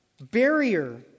barrier